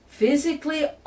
Physically